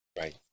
Right